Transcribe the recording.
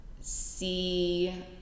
see